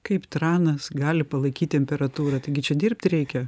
kaip tranas gali palaikyt temperatūrą taigi čia dirbt reikia